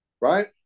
Right